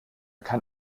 kann